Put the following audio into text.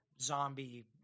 zombie